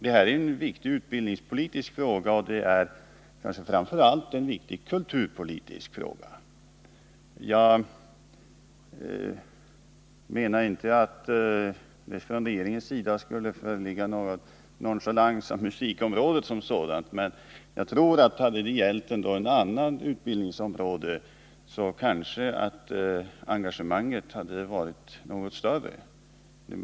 Detta är en viktig utbildningspolitisk fråga och kanske framför allt en viktig kulturpolitisk fråga. Jag menar inte att det från regeringens sida skulle föreligga någon nonchalans mot musikområdet som sådant. Men jag tror att om det hade gällt ett annat utbildningsområde, så hade kanske engagemanget varit något större.